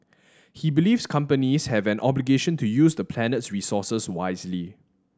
he believes companies have an obligation to use the planet's resources wisely